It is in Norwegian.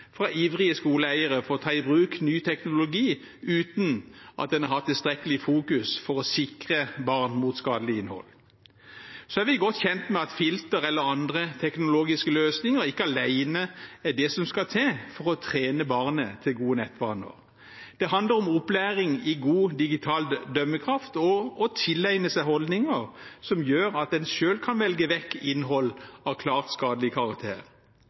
ivrige skoleeiere for å ta i bruk ny teknologi, uten at en har hatt tilstrekkelig fokus på å sikre barn mot skadelig innhold. Så er vi godt kjent med at filter eller andre teknologiske løsninger ikke alene er det som skal til for å trene barnet til gode nettvaner. Det handler om opplæring i god digital dømmekraft og om å tilegne seg holdninger som gjør at en selv kan velge vekk innhold av klart skadelig karakter.